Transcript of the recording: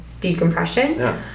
decompression